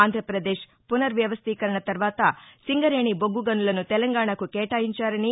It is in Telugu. ఆంధ్రప్రదేశ్ పునర్ వ్యవస్దీకరణ తర్వాత సింగరేణి బొగ్గ గనులను తెలంగాణకు కేటాయించారని